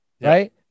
right